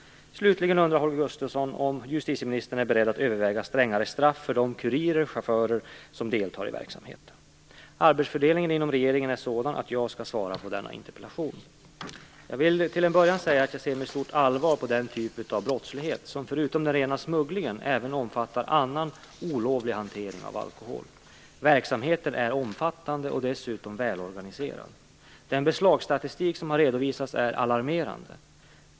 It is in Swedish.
Slutligen undrar Holger Gustafsson om justitieministern är beredd att överväga strängare straff för de kurirer och chaufförer som deltar i verksamheten. Arbetsfördelningen inom regeringen är sådan att jag skall svara på denna interpellation. Jag vill till en början säga att jag ser med stort allvar på denna typ av brottslighet, som förutom den rena smugglingen även omfattar annan olovlig hantering av alkohol. Verksamheten är omfattande och dessutom välorganiserad. Den beslagsstatistik som har redovisats är alarmerande.